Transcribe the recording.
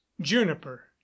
juniper